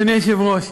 אדוני היושב-ראש,